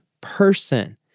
person